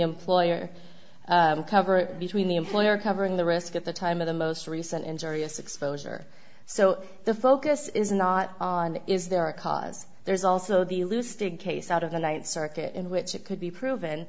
employer coverage between the employer covering the risk at the time of the most recent injurious exposure so the focus is not on is there a cause there's also the loose big case out of the ninth circuit in which it could be proven